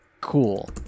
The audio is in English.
Cool